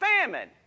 Famine